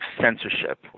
censorship